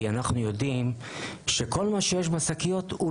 כי אנחנו יודעים שכל מה שיש בשקיות לא